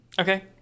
Okay